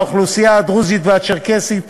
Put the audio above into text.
האוכלוסייה הדרוזית והצ'רקסית,